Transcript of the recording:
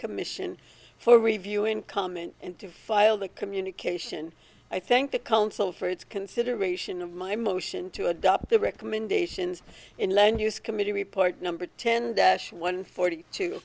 commission for review in comment and to file the communication i think the council for its consideration of my motion to adopt the recommendations inland use committee report number ten dash one forty two